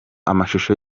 amashusho